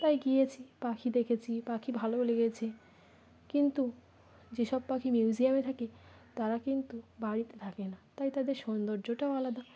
তাই গিয়েছি পাখি দেখেছি পাখি ভালো লেগেছে কিন্তু যেসব পাখি মিউজিয়ামে থাকে তারা কিন্তু বাড়িতে থাকে না তাই তাদের সৌন্দর্যটাও আলাদা